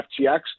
FTX